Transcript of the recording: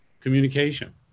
Communication